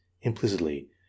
implicitly